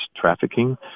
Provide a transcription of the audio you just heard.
trafficking